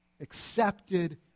accepted